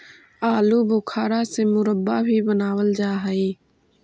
आलू बुखारा से मुरब्बा भी बनाबल जा हई